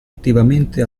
attivamente